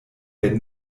ben